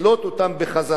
הרי כולם מדברים,